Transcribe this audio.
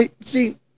See